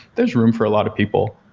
there's room for a lot of people.